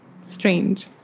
Strange